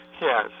Yes